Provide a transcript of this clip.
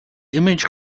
image